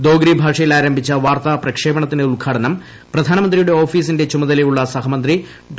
ദോഗ്രി ഭാഷയിൽ ആരംഭിച്ച വാർത്താ പ്രക്ഷേപണത്തിന്റെ ഉദ്ഘാടനം പ്രധാനമന്ത്രിയുടെ ഓഫീസിന്റെ ചുമതലയുള്ള സഹമന്ത്രി ഡോ